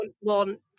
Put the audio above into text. want